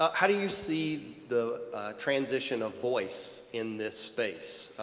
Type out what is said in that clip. how do you see the transition of voice in this space,